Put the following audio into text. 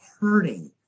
hurting